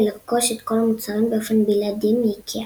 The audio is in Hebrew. ולרכוש את כל המוצרים באופן בלעדי מאיקאה.